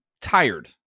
tired